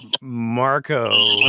Marco